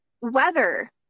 weather